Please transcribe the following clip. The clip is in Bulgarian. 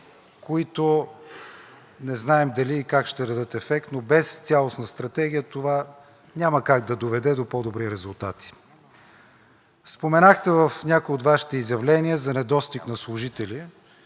които не знаем дали и как ще дадат ефект, но без цялостна стратегия това няма как да доведе до по-добри резултати. Споменахте в някои от Вашите изявления за недостиг на служители